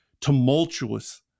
tumultuous